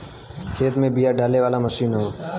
खेत में बिया डाले वाला मशीन हौ